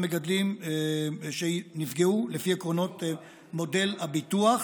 מגדלים שנפגעו לפי עקרונות מודל הביטוח.